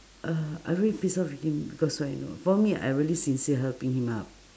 uh I really piss off with him because why know for me I really sincere helping him up